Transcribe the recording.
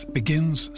begins